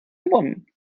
gewonnen